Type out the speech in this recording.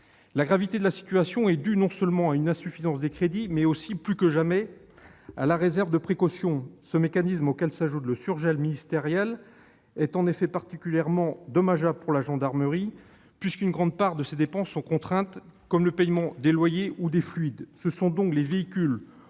La gravité de la situation s'explique non seulement par une insuffisance des crédits, mais aussi, plus que jamais, par la réserve de précaution, ce mécanisme, auquel s'ajoute le surgel ministériel, est en effet particulièrement dommageable pour la gendarmerie, dont une grande part des dépenses sont contraintes, comme le paiement des loyers ou des fluides. Ce sont donc les véhicules